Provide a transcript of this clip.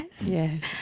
Yes